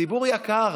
ציבור יקר,